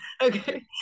okay